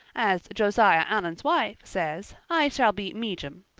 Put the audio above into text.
as josiah allen's wife says, i shall be mejum.